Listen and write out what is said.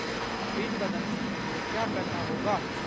Pin बदलने के लिए क्या करना होगा?